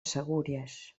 segúries